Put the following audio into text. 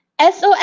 SOS